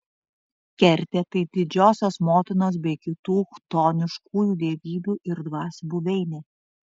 kertė tai didžiosios motinos bei kitų chtoniškųjų dievybių ir dvasių buveinė